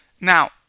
Now